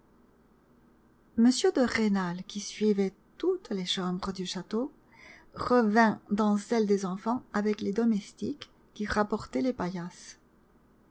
m de rênal qui suivait toutes les chambres du château revint dans celle des enfants avec les domestiques qui rapportaient les paillasses